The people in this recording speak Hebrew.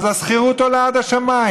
אז השכירות עולה עד השמיים.